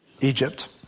Egypt